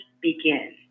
begin